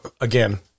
again